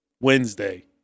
Wednesday